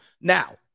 Now